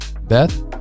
beth